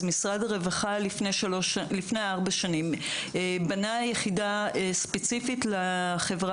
אז משרד הרווחה לפני ארבע שנים בנה יחידה ספציפית לחברה